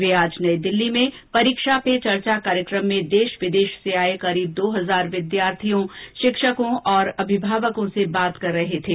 वे आज नई दिल्ली में परीक्षा पे चर्चा कार्यक्रम में देश विदेश से आये लगभग दो हजार विद्यार्थियों शिक्षकों और अभिभावकों से बात कर रहे थे